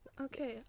Okay